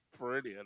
Brilliant